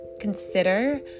consider